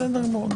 בסדר גמור,